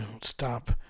stop